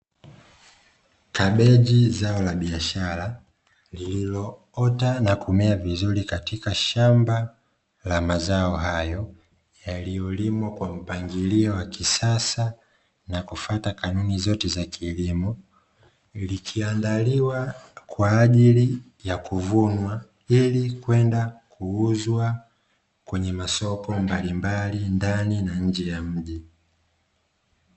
Kabeji zao la biashara lililoota na kumea vizuri katika shamba la mazao hayo yaliolimwa kwa mpangilio wa kisasa na kufata kanuni zote za kilimo likiandaliwa kwaajili yakuvunwa ili kwenda kuuzwa kwenye masoko mbali mbali ndani na nje ya mji.